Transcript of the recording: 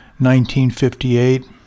1958